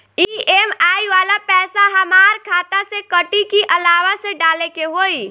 EMI वाला पैसा हाम्रा खाता से कटी की अलावा से डाले के होई?